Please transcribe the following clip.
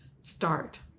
start